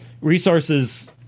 resources